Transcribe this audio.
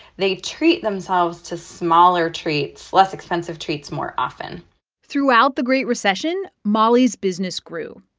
they treat themselves to smaller treats less expensive treats more often throughout the great recession, molly's business grew.